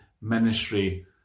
ministry